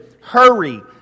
hurry